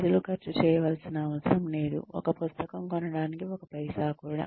ప్రజలు ఖర్చు చేయవలసిన అవసరం లేదు ఒక పుస్తకం కొనడానికి ఒక పైసా కూడా